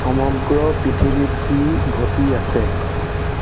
সমগ্ৰ পৃথিৱীত কি ঘটি আছে